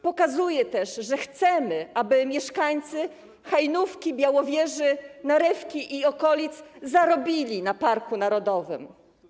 Pokazuje też, że chcemy, aby mieszkańcy Hajnówki, Białowieży, Narewki i okolic zarobili na parku narodowym.